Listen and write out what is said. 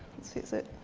let's see, is it